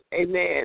amen